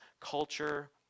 culture